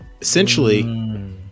Essentially